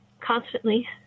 constantly